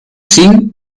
cinc